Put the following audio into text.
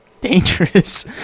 dangerous